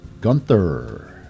Gunther